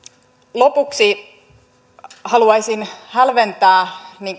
lopuksi haluaisin hälventää